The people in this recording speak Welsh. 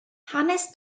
hanes